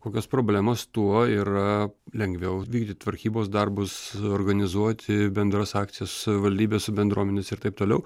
kokios problemos tuo ir lengviau vykdyt tvarkybos darbus organizuoti bendras akcijas savivaldybės bendruomenės ir taip toliau